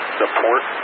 support